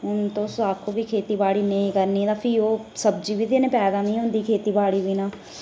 हून तुस आक्खो कि खेतीबाड़ी नेईं करनी ते फ्ही ओह् सब्जी बी ते नी पैदा नी होंदी खेतीबाड़ी बिना